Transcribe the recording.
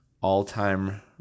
all-time